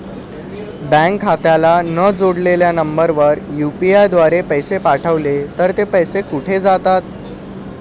Bank खात्याला न जोडलेल्या नंबरवर यु.पी.आय द्वारे पैसे पाठवले तर ते पैसे कुठे जातात?